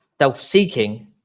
self-seeking